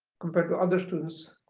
compared to other students